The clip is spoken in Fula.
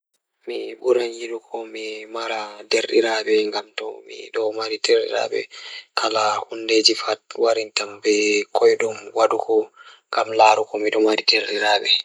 Mi ɓuran yiɗugo mi mara waɗataa jaɓde waɗude e njahda nder ɓiɓɓe goɗɗe. Ko ndee, ɓiɓɓe goɗɗe o waawataa njiddaade ngal rewɓe ngal e waɗude nguurndam ngal. Miɗo waawataa waɗude ngal heewugol baɗɗo e heɓugol moƴƴaare ngal.